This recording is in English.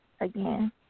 again